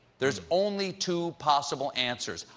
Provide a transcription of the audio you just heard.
there's only two possible answers.